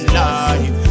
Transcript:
life